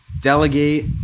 delegate